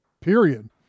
period